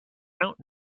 count